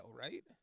right